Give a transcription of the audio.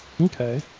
Okay